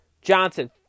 Johnson